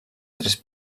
tres